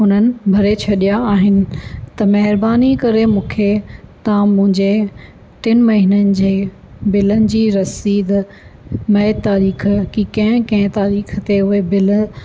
उन्हनि भरे छॾिया आहिनि त महिरबानी करे मूंखे तव्हां मुंहिंजे टिनि महीननि जे बिलनि जी रसीद में तारीख़ की कंहिं कंहिं तारीख़ ते उहे बिल